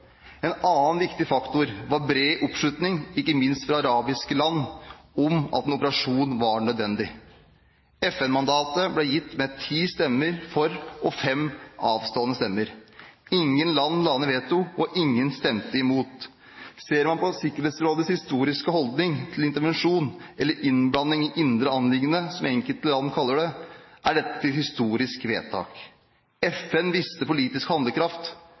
En annen viktig faktor var bred oppslutning, ikke minst fra arabiske land, om at en operasjon var nødvendig. FN-mandatet ble gitt med ti stemmer for og fem avstående stemmer. Ingen land la ned veto, og ingen stemte imot. Ser man på Sikkerhetsrådet historiske holdning til intervensjon, eller «innblanding i indre anliggende», som enkelte land kaller det, er dette et historisk vedtak. FN viste politisk handlekraft.